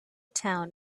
town